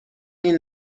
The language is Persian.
این